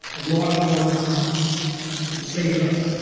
a lot more consciousness could save us.